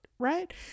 Right